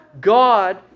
God